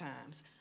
times